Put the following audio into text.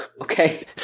okay